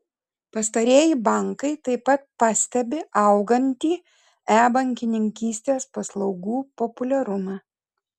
pastarieji bankai taip pat pastebi augantį e bankininkystės paslaugų populiarumą